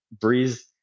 Breeze